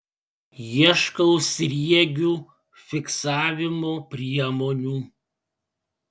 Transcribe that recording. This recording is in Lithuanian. ieškau sriegių fiksavimo priemonių